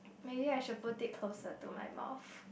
maybe I should put it closer to my mouth